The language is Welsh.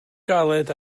galed